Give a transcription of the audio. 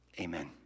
Amen